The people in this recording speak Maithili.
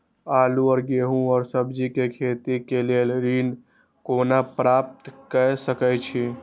आलू और गेहूं और सब्जी के खेती के लेल ऋण कोना प्राप्त कय सकेत छी?